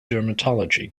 dermatology